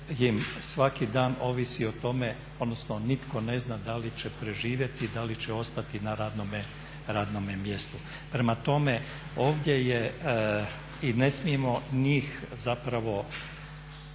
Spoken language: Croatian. im svaki dan ovisi o tome odnosno nitko ne zna da li će preživjeti i da li će ostati na radnome mjestu. Prema tome, ne smijemo njih kriviti